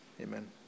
amen